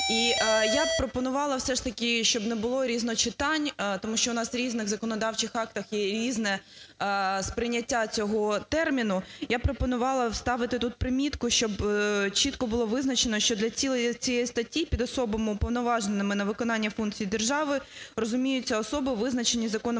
я б пропонувала все ж таки, щоб не було різночитань, тому що у нас в різних законодавчих актах є різне сприйняття цього терміну. Я б пропонувала вставити тут примітку, щоб чітко було визначено, що для цілей цієї статті під особами, уповноваженими на виконання функцій держави, розуміються особи, визначені Законом